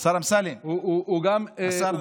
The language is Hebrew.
השר אמסלם, השר, גם פה.